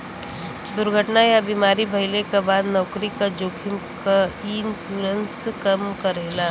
दुर्घटना या बीमारी भइले क बाद नौकरी क जोखिम क इ इन्शुरन्स कम करेला